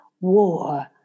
war